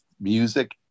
music